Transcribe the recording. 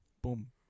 Boom